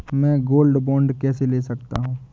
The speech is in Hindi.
मैं गोल्ड बॉन्ड कैसे ले सकता हूँ?